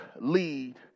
lead